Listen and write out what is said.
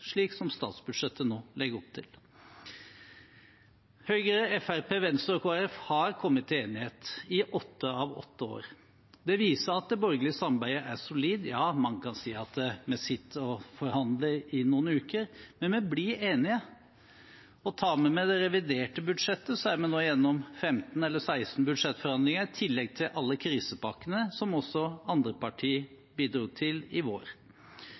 slik som statsbudsjettet nå legger opp til. Høyre, Fremskrittspartiet, Venstre og Kristelig Folkeparti har kommet til enighet i åtte av åtte år. Det viser at det borgerlige samarbeidet er solid. Ja, mange kan si at vi sitter og forhandler i noen uker, men vi blir enige. Og tar vi med det reviderte budsjettet, er vi nå igjennom 15 eller 16 budsjettforhandlinger, i tillegg til alle krisepakkene som også andre partier bidro til i vår.